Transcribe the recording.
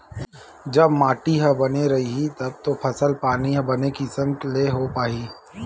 जब माटी ह बने रइही तब तो फसल पानी ह बने किसम ले होय पाही